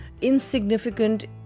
insignificant